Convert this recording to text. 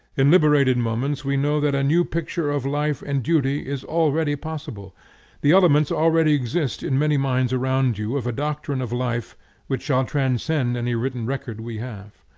in liberated moments we know that a new picture of life and duty is already possible the elements already exist in many minds around you of a doctrine of life which shall transcend any written record we have.